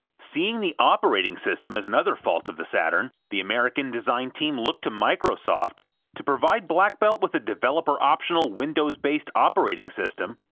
seeing the operating system as another fault of the saturn, the american design team looked to microsoft to provide black belt with a developer-optional windows-based operating system,